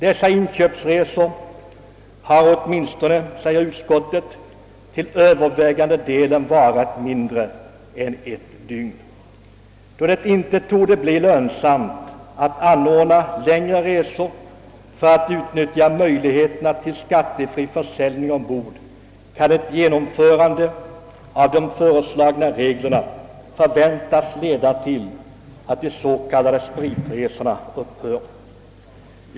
Dessa inköpsresor har, säger utskottet, åtminstone till övervägande delen varat mindre än ett dygn. Då det inte torde bli lönsamt att anordna längre resor för att utnyttja möjligheterna till skattefri försäljning ombord, kan ett genomförande av de föreslagna reglerna förväntas leda till att de s.k. spritresorna upphör.